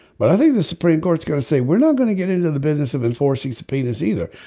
but i think the supreme court's going to say we're not going to get into the business of enforcing subpoenas either.